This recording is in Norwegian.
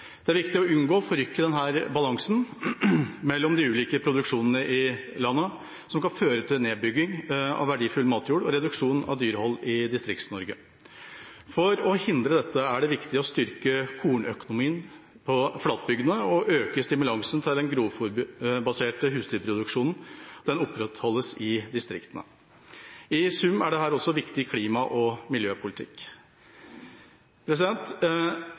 Det er viktig å unngå å forrykke denne balansen mellom de ulike produksjonene i landet, som kan føre til nedbygging av verdifull matjord og reduksjon av dyrehold i Distrikts-Norge. For å hindre dette er det viktig å styrke kornøkonomien på flatbygdene og øke stimulansen til den grovfôrbaserte husdyrproduksjonen, slik at den opprettholdes i distriktene. I sum er dette også viktig klima- og miljøpolitikk.